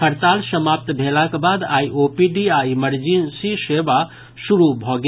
हड़ताल समाप्त भेलाक बाद आइ ओपीडी आ इमरजेंसी सेवा शुरू भऽ गेल